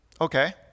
okay